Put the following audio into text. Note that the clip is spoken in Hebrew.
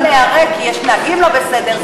את יכולה להיהרג כי יש נהגים לא בסדר,